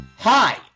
Hi